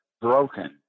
broken